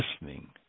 listening